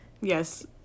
yes